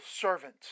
servant